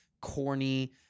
corny